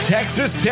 Texas